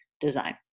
design